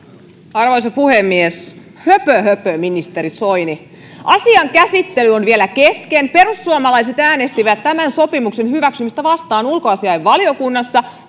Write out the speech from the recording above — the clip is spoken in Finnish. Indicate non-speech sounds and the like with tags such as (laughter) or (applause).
arvoisa puhemies höpö höpö ministeri soini asian käsittely on vielä kesken perussuomalaiset äänestivät tämän sopimuksen hyväksymistä vastaan ulkoasiainvaliokunnassa (unintelligible)